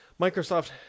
Microsoft